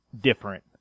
different